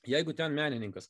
jeigu ten menininkas